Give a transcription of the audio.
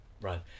Right